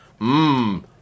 Mmm